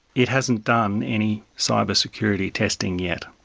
it hasn't done any cyber security testing yet,